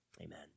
Amen